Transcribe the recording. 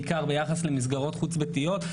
בעיקר ביחס למסגרות חוץ ביתיות.